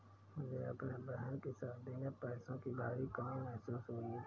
मुझे अपने बहन की शादी में पैसों की भारी कमी महसूस हुई